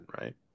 right